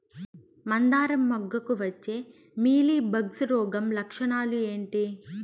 మందారం మొగ్గకు వచ్చే మీలీ బగ్స్ రోగం లక్షణాలు ఏంటి?